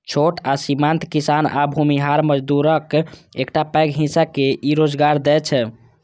छोट आ सीमांत किसान आ भूमिहीन मजदूरक एकटा पैघ हिस्सा के ई रोजगार दै छै